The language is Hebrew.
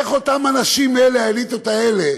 איך אותם אנשים, האליטות האלה,